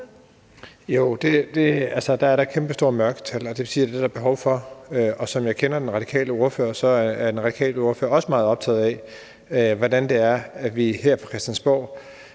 Jo, der er da kæmpestore mørketal. Det vil sige, at det er der behov for. Men som jeg kender den radikale ordfører, er den radikale ordfører også meget optaget af, hvordan vi her på Christiansborg